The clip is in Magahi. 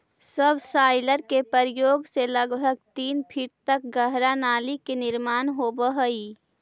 सबसॉइलर के प्रयोग से लगभग तीन फीट तक गहरा नाली के निर्माण होवऽ हई